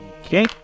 Okay